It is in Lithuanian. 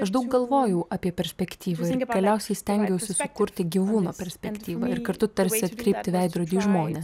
aš daug galvojau apie perspektyvą ir galiausiai stengiausi susikurti gyvūno perspektyvą ir kartu tarsi atkreipti veidrodį į žmones